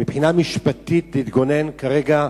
מבחינה משפטית, להתגונן כרגע,